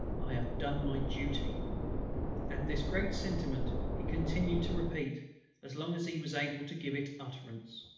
i have done my duty and this great sentiment he continued to repeat as long as he was able to give it utterance.